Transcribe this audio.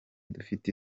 dufite